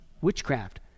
witchcraft